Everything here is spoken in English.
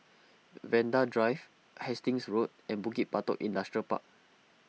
Vanda Drive Hastings Road and Bukit Batok Industrial Park